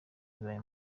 bibaye